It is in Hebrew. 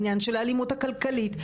העניין של האלימות הכלכלית,